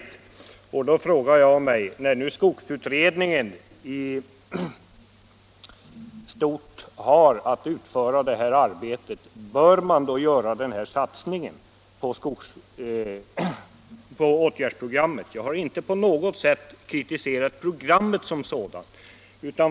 Mot den bakgrunden frågar jag mig: Bör man med tanke på att skogsutredningen ändå i stort har att utföra detta arbete göra denna satsning på åtgärdsprogrammet? Jag har inte på något sätt kritiserat programmet som sådant.